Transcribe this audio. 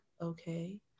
okay